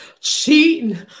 cheating